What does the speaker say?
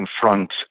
confront